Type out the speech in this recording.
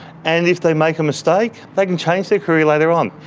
and if they make a mistake, they can change their career later on.